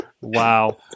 Wow